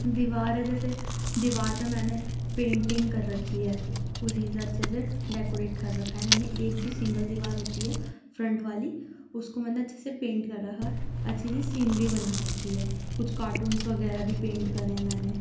دیوار ہے جیسے دیوار پہ میں نے پینٹنگ کر رکھی ہے اُسی سے اچھے سے ڈیکوریٹ کر رکھا ہے میں ایک جو سنگل دیوار ہوتی ہے فرنٹ والی اُس کو میں نے اچھے سے پینٹ کر رکھا ہے اچھی سی سینگری بنا رکھی ہے کچھ کارٹونس وغیرہ بھی پینٹ کرے ہیں میں نے